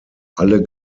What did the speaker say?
alle